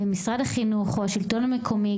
במשרד החינוך או השלטון המקומי,